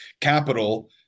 capital